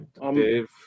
Dave